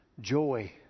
joy